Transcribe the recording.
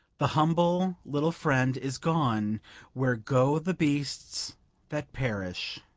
the humble little friend is gone where go the beasts that perish